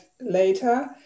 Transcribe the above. later